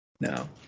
Now